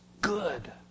good